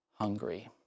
hungry